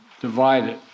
divided